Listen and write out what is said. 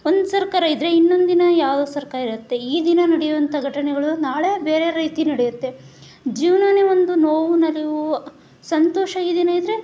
ಒಂದು ಸರ್ಕಾರ ಇದ್ದರೆ ಇನ್ನೊಂದು ದಿನ ಯಾವ ಸರ್ಕಾರ ಇರತ್ತೆ ಈ ದಿನ ನಡೆಯುವಂಥ ಘಟನೆಗಳು ನಾಳೆ ಬೇರೆ ರೀತಿ ನಡೆಯುತ್ತೆ ಜೀವನಾನೇ ಒಂದು ನೋವು ನಲಿವು ಸಂತೋಷ ಈ ದಿನ ಇದ್ದರೆ